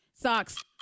socks